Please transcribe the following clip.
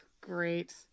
Great